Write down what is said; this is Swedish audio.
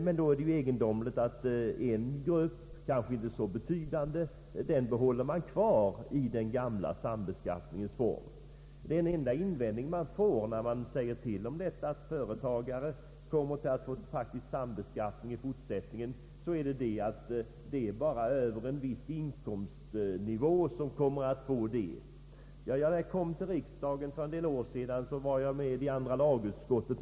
Det är då egendomligt att man håller kvar en grupp — måhända inte så betydande — i den gamla sambeskattningens mönster. Den enda invändning man möter då man förklarar att företagare faktiskt kommer att få sambeskattning även i fortsättningen är att detta stämmer endast när deras inkomster ligger över en viss nivå. När jag kom till riksdagen för ett antal år sedan var jag under några år ledamot i andra lagutskottet.